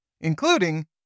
including